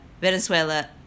Venezuela